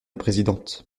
présidente